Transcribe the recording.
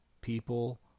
people